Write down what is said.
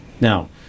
Now